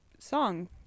song